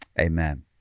Amen